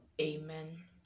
amen